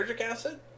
acid